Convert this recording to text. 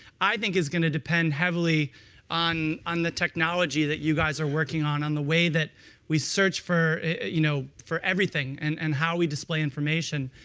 i think, is going to depend heavily on on the technology that you guys are working on, on the way that we search for you know for everything, and and how we display information.